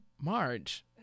Marge